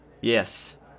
Yes